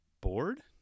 bored